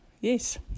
yes